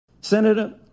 Senator